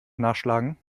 nachschlagen